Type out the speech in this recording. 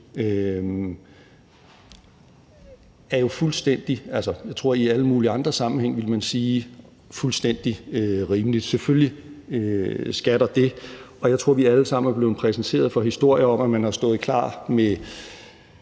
er jo – tror jeg man i alle mulige andre sammenhænge ville sige – fuldstændig rimeligt. Selvfølgelig skal der det, og jeg tror, at vi alle sammen er blevet præsenteret for historier om, at man har stået klar med